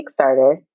Kickstarter